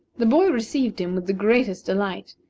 the boy received him with the greatest delight,